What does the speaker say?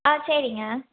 ஆ சரிங்க